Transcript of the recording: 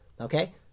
okay